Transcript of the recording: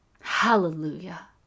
Hallelujah